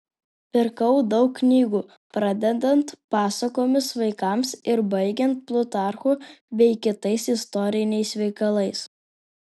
pirkau daug knygų pradedant pasakomis vaikams ir baigiant plutarchu bei kitais istoriniais veikalais